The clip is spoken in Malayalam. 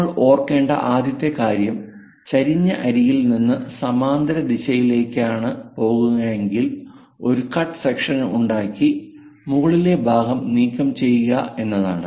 നമ്മൾ ഓർക്കേണ്ട ആദ്യത്തെ കാര്യം ചരിഞ്ഞ അരികിൽ നിന്ന് സമാന്തര ദിശയിലേക്കാണ് പോകുന്നതെങ്കിൽ ഒരു കട്ട് സെക്ഷൻ ഉണ്ടാക്കി മുകളിലെ ഭാഗം നീക്കംചെയ്യുക എന്നതാണ്